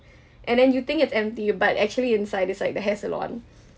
and then you think it's empty but actually inside is like the hair salon